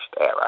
era